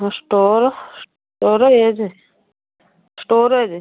ହଁ store storage storage